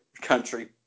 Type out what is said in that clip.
country